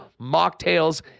mocktails